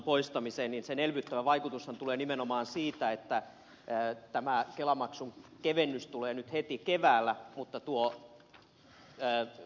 sen elvyttävä vaikutushan tulee nimenomaan siitä että tämä kelamaksun kevennys tulee nyt heti keväällä mutta tuo ed